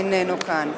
הוא איננו כאן.